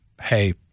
hey